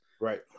right